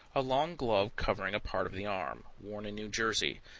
a long glove covering a part of the arm. worn in new jersey.